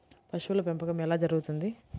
పశువుల పెంపకం ఎలా జరుగుతుంది?